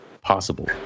possible